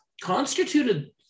constituted